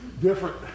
different